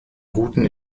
routen